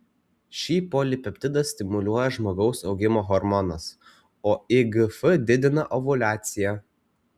šį polipeptidą stimuliuoja žmogaus augimo hormonas o igf didina ovuliaciją